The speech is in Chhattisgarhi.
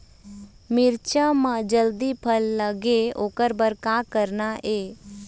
मिरचा म जल्दी फल लगे ओकर बर का करना ये?